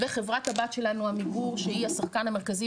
וחברת הבת שלנו 'עמיגור' שהיא השחקן המרכזי